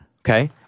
Okay